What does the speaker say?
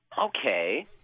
Okay